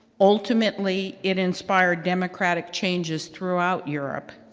ultimately it inspired democratic changes throughout europe.